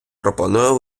пропоную